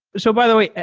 so by the way,